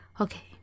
Okay